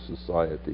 society